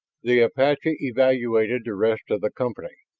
the apache evaluated the rest of the company.